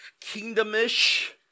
kingdomish